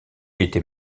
était